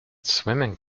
swimming